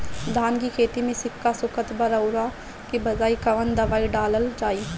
धान के खेती में सिक्का सुखत बा रउआ के ई बताईं कवन दवाइ डालल जाई?